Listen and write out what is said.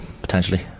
potentially